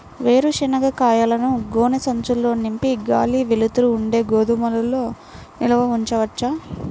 వేరుశనగ కాయలను గోనె సంచుల్లో నింపి గాలి, వెలుతురు ఉండే గోదాముల్లో నిల్వ ఉంచవచ్చా?